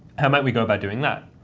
how might we go about doing that?